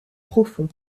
profond